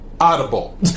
Audible